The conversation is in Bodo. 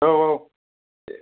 औ औ